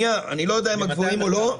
אני לא יודע אם מהגבוהים או לא,